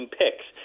picks